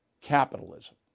capitalism